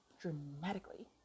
dramatically